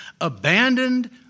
abandoned